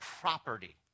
property